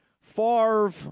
Favre